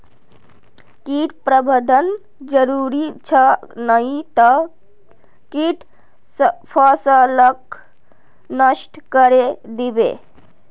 कीट प्रबंधन जरूरी छ नई त कीट फसलक नष्ट करे दीबे